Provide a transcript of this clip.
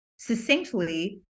succinctly